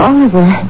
Oliver